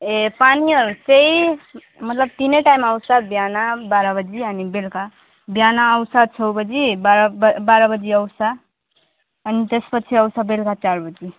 ए पानीहरू चाहिँ मतलब तिनै टाइम आउँछ बिहान बाह्र बजी अनि बेलुका बिहान आउँछ छ बजी बाह्र बाह्र बजी आउँछ अनि त्यसपछि आउँछ बेलुका चार बजी